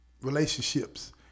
relationships